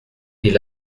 est